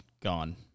gone